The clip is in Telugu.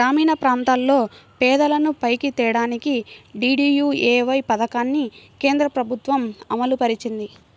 గ్రామీణప్రాంతాల్లో పేదలను పైకి తేడానికి డీడీయూఏవై పథకాన్ని కేంద్రప్రభుత్వం అమలుపరిచింది